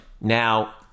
now